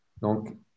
Donc